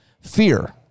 Fear